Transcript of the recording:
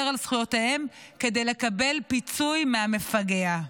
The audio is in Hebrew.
על זכויותיהם כדי לקבל פיצוי מהמפגע.